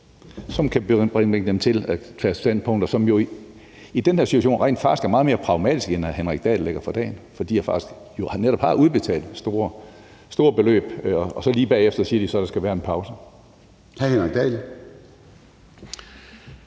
dem anledning til at indtage standpunkter, som jo i den her situation rent faktisk er meget mere pragmatiske end det, som hr. Henrik Dahl lægger for dagen. For de har jo faktisk netop udbetalt store beløb, og lige bagefter siger de så, at der skal være en pause. Kl.